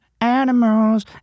animals